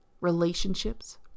relationships